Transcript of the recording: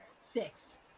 Six